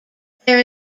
there